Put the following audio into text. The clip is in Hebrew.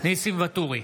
ניסים ואטורי,